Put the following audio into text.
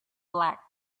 black